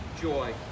joy